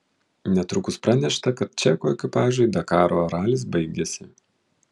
netrukus pranešta kad čekų ekipažui dakaro ralis baigėsi